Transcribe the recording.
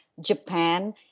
Japan